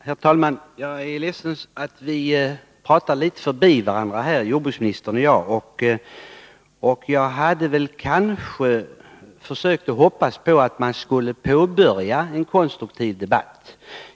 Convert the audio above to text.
Herr talman! Jag är ledsen att vi talar litet förbi varandra, jordbruksministern och jag. Nu hade jag hoppats att vi skulle ha en konstruktiv debatt.